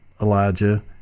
Elijah